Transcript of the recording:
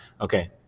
Okay